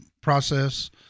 process